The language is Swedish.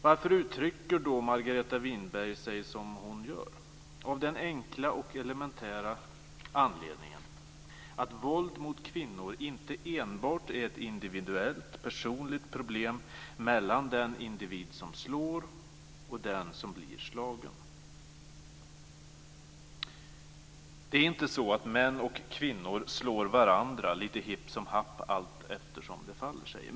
Varför uttrycker då Margareta Winberg sig som hon gör? Jo, det gör hon av den enkla och elementära anledningen att våld mot kvinnor inte enbart är ett individuellt, personligt problem mellan den individ som slår och den som blir slagen. Det är inte så att män och kvinnor slår varandra lite hipp som happ allteftersom det faller sig.